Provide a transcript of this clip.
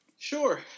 Sure